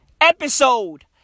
Episode